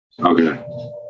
okay